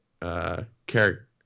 character